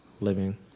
Living